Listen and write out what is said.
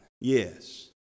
Yes